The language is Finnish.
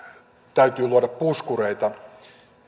täytyy luoda puskureita